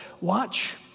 Watch